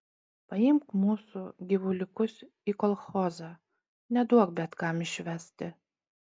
paimk mūsų gyvuliukus į kolchozą neduok bet kam išvesti